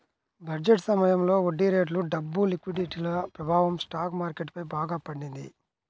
budget సమయంలో వడ్డీరేట్లు, డబ్బు లిక్విడిటీల ప్రభావం స్టాక్ మార్కెట్ పై బాగా పడింది